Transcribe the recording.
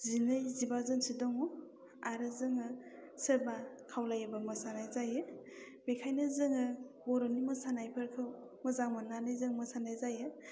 जिनै जिबाजोनसो दङ आरो जोङो सोरबा खावलायोब्ला मोसानाय जायो बेखायनो जोङो बर'नि मोसानायफोरखौ मोजां मोननानै जों मोसानाय जायो